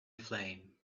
flame